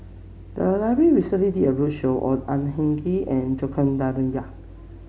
the library recently did a roadshow on Ang Hin Kee and Joaquim D'Almeida